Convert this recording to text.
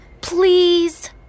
Please